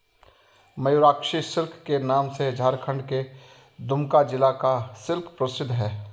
Mayurakshi silk के नाम से झारखण्ड के दुमका जिला का सिल्क प्रसिद्ध है